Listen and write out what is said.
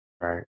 right